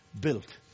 Built